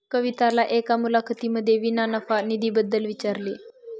कविताला एका मुलाखतीमध्ये विना नफा निधी बद्दल विचारले